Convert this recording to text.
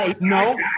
No